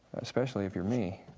especially if you're me.